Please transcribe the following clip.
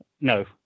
no